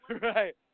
Right